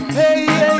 hey